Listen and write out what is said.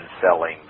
selling